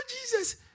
Jesus